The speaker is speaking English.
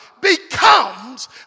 becomes